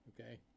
Okay